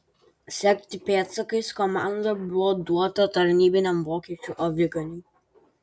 sekti pėdsakais komanda buvo duota tarnybiniam vokiečių aviganiui